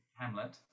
Hamlet